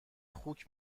خوک